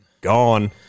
Gone